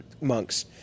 monks